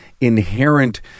inherent